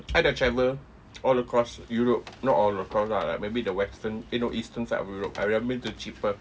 I have travel all across europe not all across lah like maybe the western eh no eastern side of europe I remember it cheaper